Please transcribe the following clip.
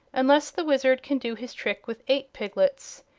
unless the wizard can do his trick with eight piglets.